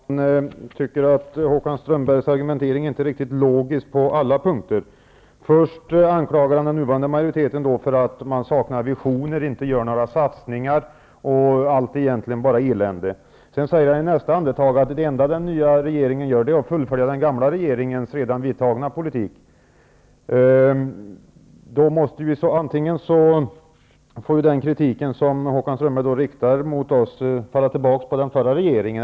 Fru talman! Jag tycker att Håkan Strömbergs argumentering inte är riktigt logisk på alla punkter. Först anklagar han den nuvarande majoriteten för att sakna visioner och för att inte göra några satsningar. Allt är egentligen bara elände. I nästa andetag säger han att det enda som den nya regeringen gör är att fullfölja den gamla regeringens redan genomförda politik. Den kritik som Håkan Strömberg riktar mot oss faller då tillbaka på den förra regeringen.